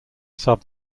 sub